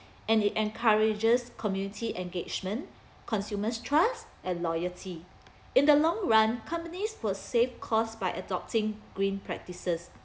and it encourages community engagement consumers' trust and loyalty in the long run companies will save cost by adopting green practices